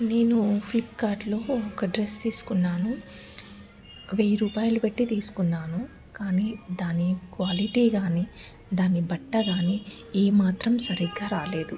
నేను ఫ్లిప్కార్ట్లో ఒక డ్రెస్ తీసుకున్నాను వెయ్యి రూపాయలు పెట్టి తీసుకున్నాను కానీ దాని క్వాలిటీ కాని దాని బట్ట కాని ఏ మాత్రం సరిగ్గా రాలేదు